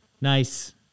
nice